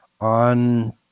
on